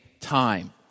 time